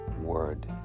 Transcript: word